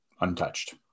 untouched